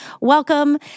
welcome